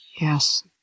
Yes